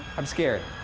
i'm scared.